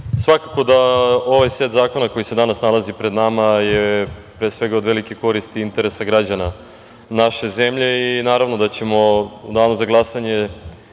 svakako da ovaj set zakona koji se danas nalazi pred nama je pre svega od velike koristi interesa građana naše zemlje i naravno da ćemo u danu za glasanje